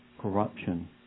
corruption